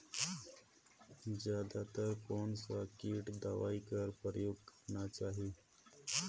जादा तर कोन स किट दवाई कर प्रयोग करना चाही?